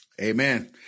Amen